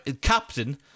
Captain